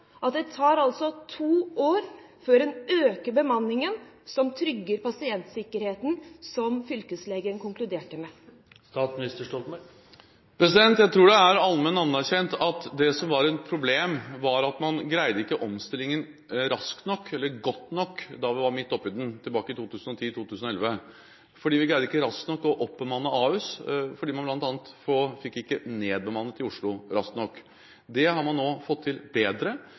at det altså tar to år før en øker bemanningen som trygger pasientsikkerheten, sett opp mot det fylkeslegen konkluderte med. Jeg tror det er allment anerkjent at det som var et problem, var at man ikke greide omstillingen raskt nok eller godt nok da vi var midt oppe i den tilbake i 2010 og 2011. Vi greide ikke raskt nok å oppbemanne Ahus fordi man bl.a. ikke fikk nedbemannet i Oslo raskt nok. Det har man nå fått til bedre.